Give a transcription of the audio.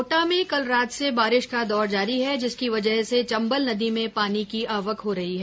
कोटा में कल रात से बारिश का दौर जारी है जिसकी वजह से चम्बल नदी में पानी की आवक हो रही है